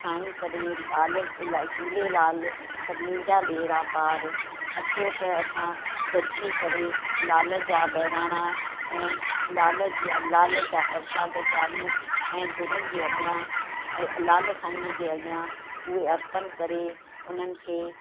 साईं करे लाल झूलेलाल सभिनी जा बेड़ा पार अचो त असां गॾजी करे लाल जा बहिराणा ऐं लाल जी लाल जा परशाद चाढ़ियूं ऐं गुरूनि जे अॻियां लाल साईं जे अॻियां उहे अरपन करे उन्हनि खे